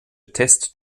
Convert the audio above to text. test